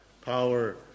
power